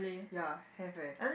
ya have eh